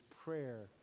prayer